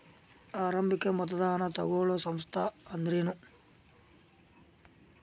ಆರಂಭಿಕ್ ಮತದಾನಾ ತಗೋಳೋ ಸಂಸ್ಥಾ ಅಂದ್ರೇನು?